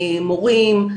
מורים,